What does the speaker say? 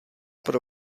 pro